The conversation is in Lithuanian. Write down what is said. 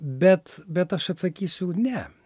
bet bet aš atsakysiu ne